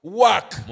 work